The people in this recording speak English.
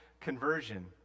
conversion